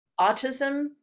autism